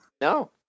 No